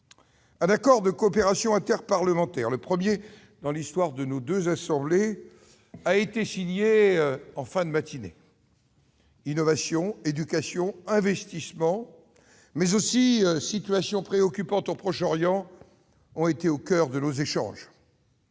Un accord de coopération interparlementaire- le premier dans l'histoire de nos deux assemblées -a été signé en fin de matinée. L'innovation, l'éducation, les investissements, mais aussi la situation préoccupante au Proche-Orient ont été au coeur de nos échanges.